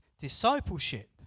discipleship